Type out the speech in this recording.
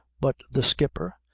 but the skipper,